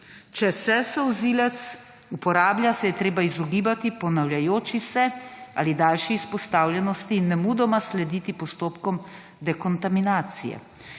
Če se solzivec uporablja, se je treba izogibati ponavljajoči se ali daljši izpostavljenosti in nemudoma slediti postopkom dekontaminacije.